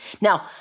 Now